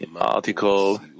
article